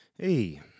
Hey